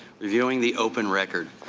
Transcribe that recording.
viewing the open record.